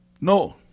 No